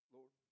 Lord